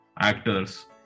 actors